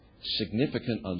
significant